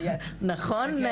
נכון?